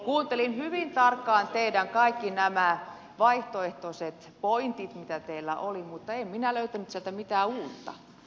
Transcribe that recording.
kuuntelin hyvin tarkkaan kaikki nämä vaihtoehtoiset pointit mitä teillä oli mutta en minä löytänyt sieltä mitään uutta